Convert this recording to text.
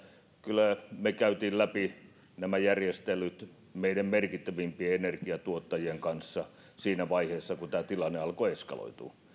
kyllä me kävimme läpi nämä järjestelyt meidän merkittävimpien energiatuottajien kanssa siinä vaiheessa kun tämä tilanne alkoi eskaloitumaan